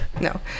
No